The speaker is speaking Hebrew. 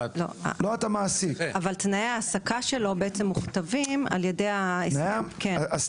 אבל תנאי ההעסקה שלו מוכתבים על ידי --- תראי